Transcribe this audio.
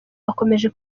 bakomeje